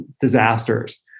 disasters